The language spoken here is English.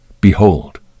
Behold